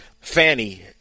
Fanny